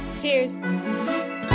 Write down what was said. cheers